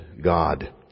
God